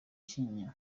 kinyinya